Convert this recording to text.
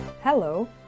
Hello